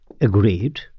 agreed